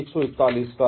141 का